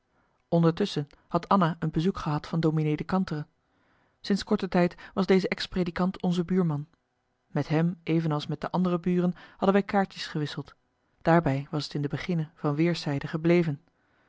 ondertusschen had anna een bezoek gehad van dominee de kantere sinds korte tijd was deze ex predikant onze buurman met hem evenals als met de andere buren hadden wij kaartjes gewisseld daarbij was t in de beginne van weerszijden gebleven